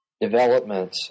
development